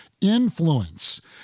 influence